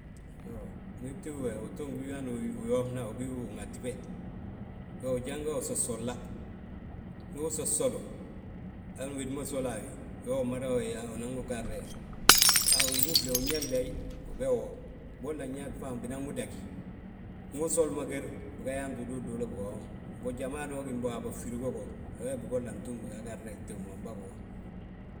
Ndi tíw we ndu uto wi yoofna wi gi wii ŋatiwe, we ujanga wi sosolla. Ndu usosoli wi, han wédi ma soli a wi, we umadawi yaa unan wi garde, Han win uflé, win yaa gleey, wi ge woo. Bigolla nyaa bigaa wi dagí, ndu usoli mo girr. Biga yaanti ududuulu biga wom, mbo jamano ma gím bo waabo firgó, awe bigolla ntúmwi biga garde gtiw ma wim bangi woo.